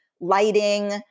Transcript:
lighting